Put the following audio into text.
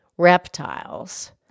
Reptiles